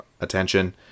attention